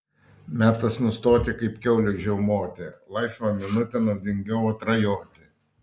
metas nustoti kaip kiaulei žiaumoti laisvą minutę naudingiau atrajoti